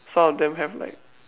some of them have like